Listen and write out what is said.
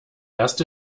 erste